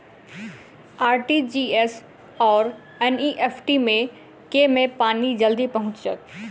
RTGS आओर NEFT मे केँ मे पानि जल्दी पहुँचत